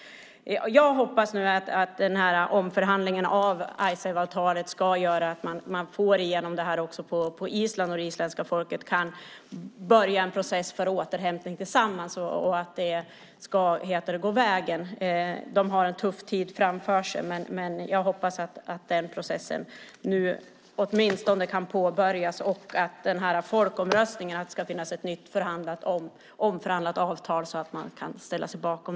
Jag hoppas att omförhandlingen av Icesave-avtalet ska göra att man får igenom detta också på Island, att det isländska folket kan börja en process för återhämtning tillsammans och att det ska gå vägen. De har en tuff tid framför sig. Men jag hoppas att processen nu åtminstone kan påbörjas och att det vid folkomröstningen ska finnas ett nytt framförhandlat avtal att ställa sig bakom.